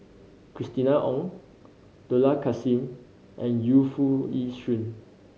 Christina Ong Dollah Kassim and Yu Foo Yee Shoon